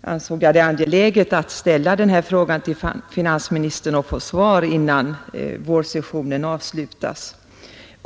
ansåg jag det angeläget att ställa denna fråga till finansministern och få svar innan vårsessionen avslutas.